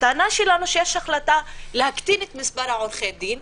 הטענה שלנו שיש החלטה להקטין את מספר עורכי הדין,